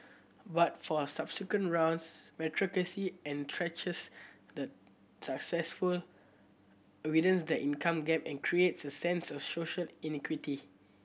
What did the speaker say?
but for subsequent rounds meritocracy entrenches the successful widens the income gap and creates a sense of social inequity